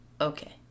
okay